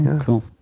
Cool